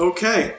Okay